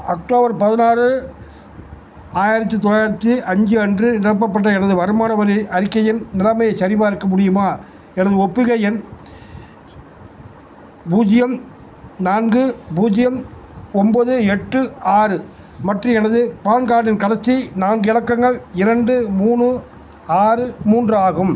October பதினாறு ஆயிரத்தி தொள்ளாயிரத்தி அஞ்சு அன்று நிரப்பப்பட்ட எனது வருமான வரி அறிக்கையின் நிலைமையைச் சரிபார்க்க முடியுமா எனது ஒப்புகை எண் பூஜ்ஜியம் நான்கு பூஜ்ஜியம் ஒம்பது எட்டு ஆறு மற்றும் எனது பான் கார்டின் கடைசி நான்கு இலக்கங்கள் இரண்டு மூணு ஆறு மூன்று ஆகும்